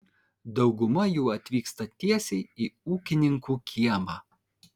dauguma jų atvyksta tiesiai į ūkininkų kiemą